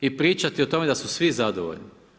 I pričati o tome da su svi zadovoljni.